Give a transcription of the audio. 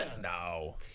no